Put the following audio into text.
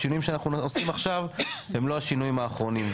השינויים שאנחנו עושים עכשיו הם לא השינויים האחרונים,